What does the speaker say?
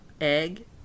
egg